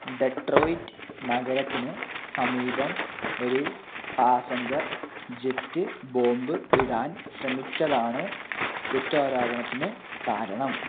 Detroit നഗരത്തിന് സമീപം ഒരു പാസഞ്ചർ ജെറ്റ് ബോംബ് ഇടാൻ ശ്രമിച്ചതാണ് കുറ്റാരോപണത്തിന് കാരണം